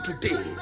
today